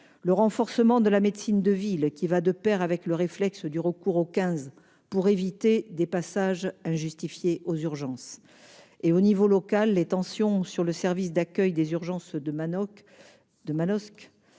le renforcement de la médecine de ville, qui va de pair avec le réflexe du recours au 15 pour éviter des passages injustifiés aux urgences. Au niveau local, les tensions sur le service d'accueil des urgences de Manosque